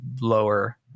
lower